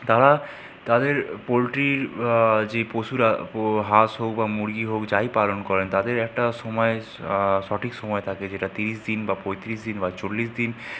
তারা তাদের পোল্ট্রি যে পশুরা পো হাঁস হোক বা মুরগি হোক যাই পালন করেন তাদের একটা সময় সঠিক সময় থাকে যেটা তিরিশ দিন বা পঁয়তিরিশ বা চল্লিশ দিন